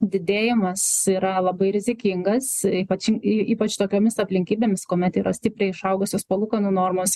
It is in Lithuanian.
didėjimas yra labai rizikingas ypač y ypač tokiomis aplinkybėmis kuomet yra stipriai išaugusios palūkanų normos